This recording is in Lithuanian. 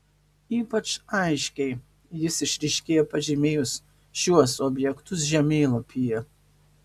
ypač aiškiai jis išryškėja pažymėjus šiuos objektus žemėlapyje